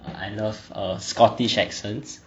I love err scottish accents